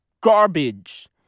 garbage